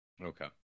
okay